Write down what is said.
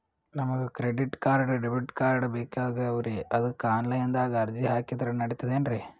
ನಮಗ credit card, debit card ಬೇಕಾಗ್ಯಾವ್ರೀ ಅದಕ್ಕ ಆನಲೈನದಾಗ ಅರ್ಜಿ ಹಾಕಿದ್ರ ನಡಿತದೇನ್ರಿ?